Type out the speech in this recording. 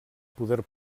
poder